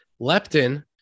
leptin